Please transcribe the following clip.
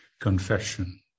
confession